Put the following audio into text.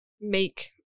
make